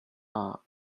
are